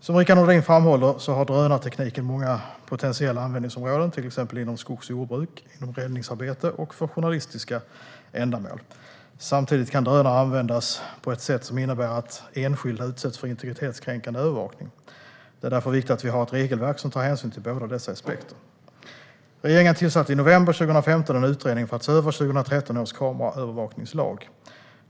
Som Rickard Nordin framhåller har drönartekniken många potentiella användningsområden, till exempel inom skogs och jordbruk och räddningsarbete och för journalistiska ändamål. Samtidigt kan drönare användas på ett sätt som innebär att enskilda utsätts för integritetskränkande övervakning. Det är därför viktigt att vi har ett regelverk som tar hänsyn till båda dessa aspekter. Regeringen tillsatte i november 2015 en utredning för att se över 2013 års kameraövervakningslag.